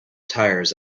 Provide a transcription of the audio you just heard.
tires